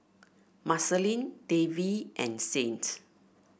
Marceline Davy and Saint